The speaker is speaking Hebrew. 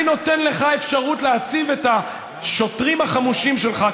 אני נותן לך אפשרות להציב את השוטרים החמושים שלך,